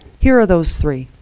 here are those three.